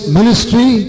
Ministry